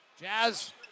Jazz